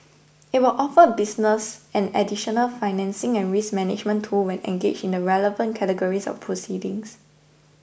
it will offer business an additional financing and risk management tool when engaged in the relevant categories of proceedings